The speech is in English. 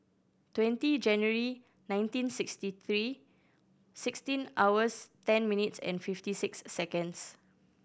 twenty January nineteen sixty three sixteen hours ten minutes and fifty six seconds